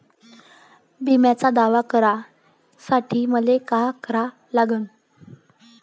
बिम्याचा दावा करा साठी मले का करा लागन?